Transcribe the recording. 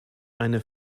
eine